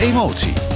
Emotie